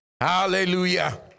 Hallelujah